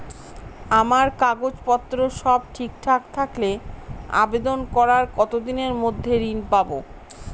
আমার কাগজ পত্র সব ঠিকঠাক থাকলে আবেদন করার কতদিনের মধ্যে ঋণ পাব?